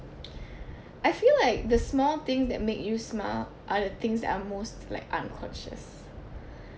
I feel like the small things that make you smile are the things that are most like unconscious